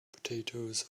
potatoes